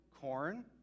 corn